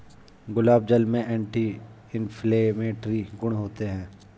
गुलाब जल में anti inflammatory गुण होते हैं